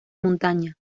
montaña